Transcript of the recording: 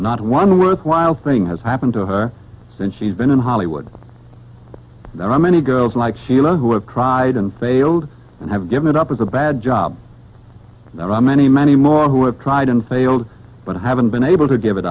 not one worthwhile thing has happened to her since she's been in hollywood there are many girls like sheila who have tried and failed and have given it up as a bad job there are many many more who have tried and failed but haven't been able to give it